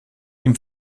ihm